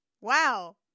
Wow